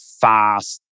fast